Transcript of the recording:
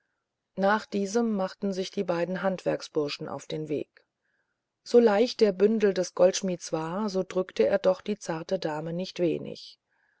nach diesem machten sich die beiden handwerksbursche auf den weg so leicht der bündel des goldschmidts war so drückte er doch die zarte dame nicht wenig